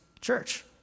church